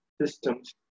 systems